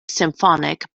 symphonic